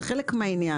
זה חלק מהעניין.